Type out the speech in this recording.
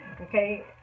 Okay